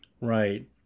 Right